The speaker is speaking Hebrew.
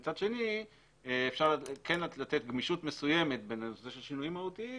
ומצד שני אפשר כן לתת מחישות מסוימת בנושא של שינויים מהותיים